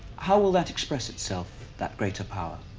how will that express itself that greater power?